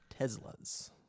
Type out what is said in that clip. Teslas